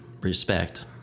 respect